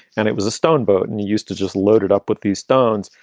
and it was a stone boat. and you used to just load it up with these stones.